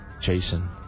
Jason